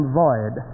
void